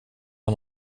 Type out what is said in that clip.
med